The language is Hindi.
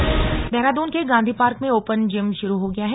ओपन जिम देहरादून के गांधी पार्क में ओपन जिम शुरू हो गया है